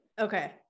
okay